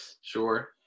Sure